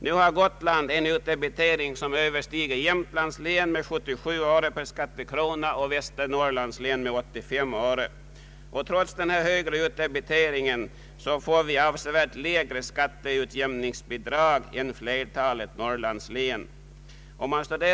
Nu har Gotland en utdebitering som överstiger Jämtlands län med 77 öre per skattekrona och Västernorrlands med 85 öre. Gotlands län har också högre utdebitering än Norrbottens och Västerbottens län. Trots den högre utdebiteringen får vi avsevärt lägre skatteutjämningsbidrag än flertalet Norrlandslän.